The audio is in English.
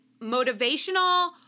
motivational